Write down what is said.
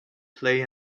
play